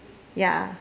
ya